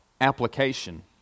application